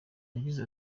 yagize